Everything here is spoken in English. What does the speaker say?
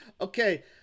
Okay